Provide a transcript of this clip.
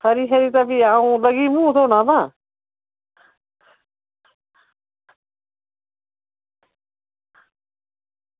खरी खरी अंऊ लगी मूहं धोना तां